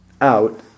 out